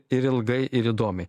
ir ilgai ir įdomiai